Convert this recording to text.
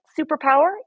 superpower